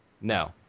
No